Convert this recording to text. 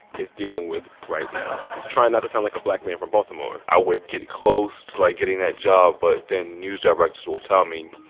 is dealing with right now. he's trying not to sound like a black man from baltimore i would get close to, like, getting that job. but then, news directors will tell me,